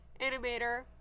animator